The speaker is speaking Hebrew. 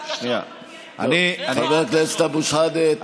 חבר הכנסת אבו שחאדה.